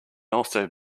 also